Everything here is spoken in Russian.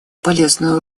полезную